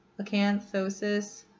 Acanthosis